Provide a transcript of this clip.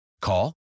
Call